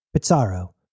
Pizarro